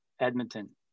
Edmonton